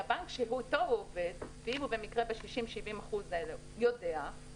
הבנק שאיתו הוא עובד ואם הוא במקרה ב-60%-70% האלה יודע,